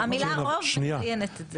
המילה רוב מציינת את זה.